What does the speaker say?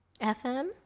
FM